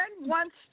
wants